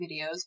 videos